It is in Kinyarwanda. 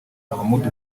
muhamud